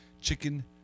chicken